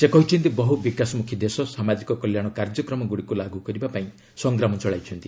ସେ କହିଛନ୍ତି ବହୁ ବିକାଶମ୍ୟଖୀ ଦେଶ ସାମାଜିକ କଲ୍ୟାଣ କାର୍ଯ୍ୟକ୍ରମଗୁଡ଼ିକୁ ଲାଗୁ କରିବା ପାଇଁ ସଂଗ୍ରାମ ଚଳାଇଛନ୍ତି